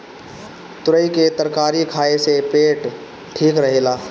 तुरई के तरकारी खाए से पेट ठीक रहेला